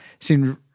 seemed